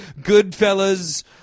Goodfellas